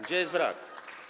Gdzie jest wrak?